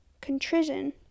contrition